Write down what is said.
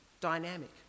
dynamic